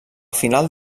final